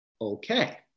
Okay